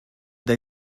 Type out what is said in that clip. they